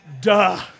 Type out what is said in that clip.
Duh